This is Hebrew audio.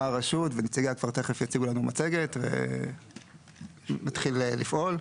הרשות ונציגיה תיכף יציגו לנו מצגת ונתחיל לפעול.